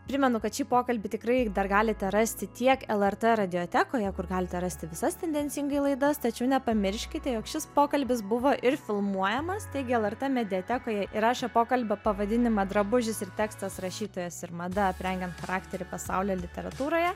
primenu kad šį pokalbį tikrai dar galite rasti tiek lrt radiotekoje kur galite rasti visas tendencingai laidas tačiau nepamirškite jog šis pokalbis buvo ir filmuojamas taigi lrt mediatekoje įrašę pokalbio pavadinimą drabužis ir tekstas rašytojas ir mada aprengiant charakterį pasaulio literatūroje